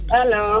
Hello